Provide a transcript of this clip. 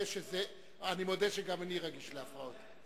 שגם אני רגיש להפרעות.